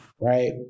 right